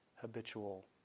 habitual